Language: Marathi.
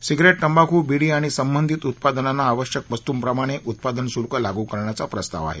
सिगरेट तंबाखू बिडी आणि संबधित उत्पादनांना आवश्यक वस्तूप्रमाणे उत्पादन शुल्क लागू करण्याचा प्रस्ताव आहे